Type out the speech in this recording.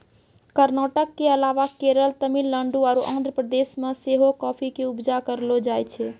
कर्नाटक के अलावा केरल, तमिलनाडु आरु आंध्र प्रदेश मे सेहो काफी के उपजा करलो जाय छै